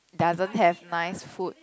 doesn't have nice food